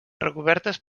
recobertes